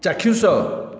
ଚାକ୍ଷୁଷ